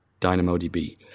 DynamoDB